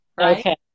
okay